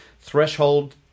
threshold